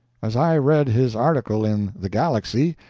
as i read his article in the galaxy,